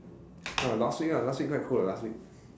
last week last week quite cold what last week